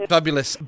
Fabulous